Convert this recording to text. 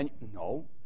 no